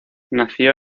nació